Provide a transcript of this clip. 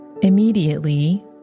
immediately